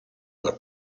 alla